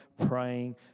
praying